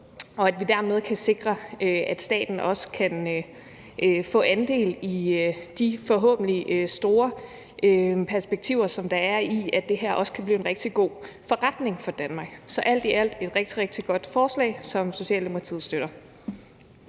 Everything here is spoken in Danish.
og at vi dermed kan sikre, at staten også kan få andel i de forhåbentlig store perspektiver, som der er i, at det her også kan blive en rigtig god forretning for Danmark. Så alt i alt er det et rigtig godt forslag, som Socialdemokratiet støtter.